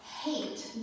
hate